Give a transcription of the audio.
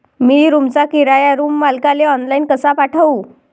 मी रूमचा किराया रूम मालकाले ऑनलाईन कसा पाठवू?